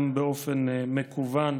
גם באופן מקוון.